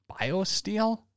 Biosteel